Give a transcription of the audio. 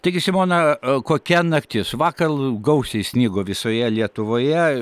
taigi simona kokia naktis vakar gausiai snigo visoje lietuvoje